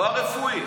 לא הרפואי,